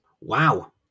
Wow